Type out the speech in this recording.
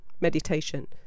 meditation